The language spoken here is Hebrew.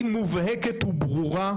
היא מובהקת וברורה.